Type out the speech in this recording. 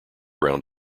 around